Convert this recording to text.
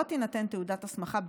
לא תינתן תעודת הסמכה,